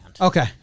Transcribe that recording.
Okay